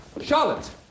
Charlotte